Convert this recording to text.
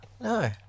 No